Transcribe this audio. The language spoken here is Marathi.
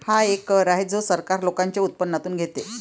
हा एक कर आहे जो सरकार लोकांच्या उत्पन्नातून घेते